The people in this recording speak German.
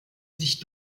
sich